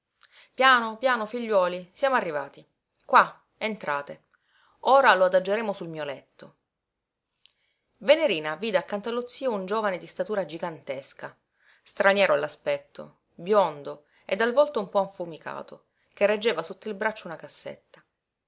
piano piano figliuoli siamo arrivati qua entrate ora lo adageremo sul mio letto venerina vide accanto allo zio un giovine di statura gigantesca straniero all'aspetto biondo e dal volto un po affumicato che reggeva sotto il braccio una cassetta